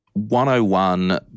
101